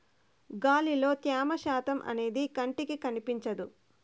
గాలిలో త్యమ శాతం అనేది కంటికి కనిపించదు